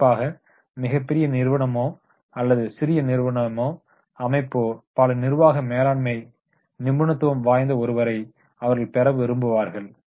குறிப்பாக மிக பெரிய நிறுவனமோ அல்லது சிறிய நிறுவன அமைப்போ பல நிறுவாக மேலாண்மை நிபுணத்துவம் வாய்ந்த ஒருவரை அவர்கள் பெற விரும்புவார்கள்